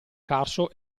carso